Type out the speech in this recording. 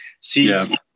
see